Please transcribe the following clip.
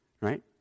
right